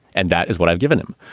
and that is what i've given him.